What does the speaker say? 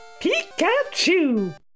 Pikachu